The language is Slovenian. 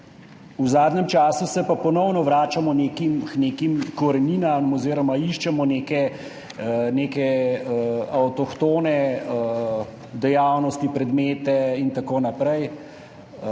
V zadnjem času pa se ponovno vračamo k nekim koreninam oziroma iščemo neke avtohtone dejavnosti, predmete in tako naprej,